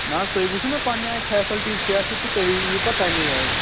نہَ حظ تُہۍ وُچھِو نا پَنٕنہِ آیہِ فیسَلٹیٖز کیٛاہ چھُ تہٕ تُہۍ یِیِو پَتہٕ تَمے آیہِ